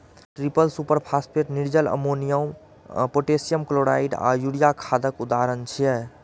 triple superphosphate, निर्जल अमोनियो, potassium chloride आ यूरिया खादक उदाहरण छियै